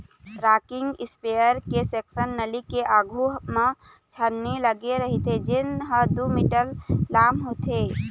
rocking sprayer के section नली के आघू म छन्नी लागे रहिथे जेन ह दू मीटर लाम होथे